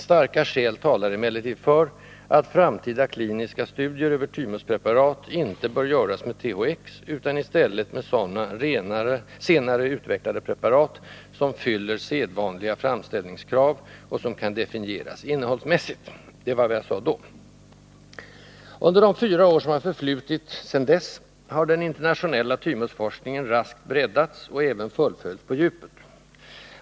Starka skäl talar emellertid för att framtida kliniska studier över thymuspreparat inte bör göras med THX utan i stället med sådana, senare utvecklade preparat, som fyller sedvanliga framställningskrav och som kan definieras innehållsmässigt.” Under de fyra år som förflutit sedan detta yttrades har den internationella thymusforskningen raskt breddats och även fullföljts på djupet.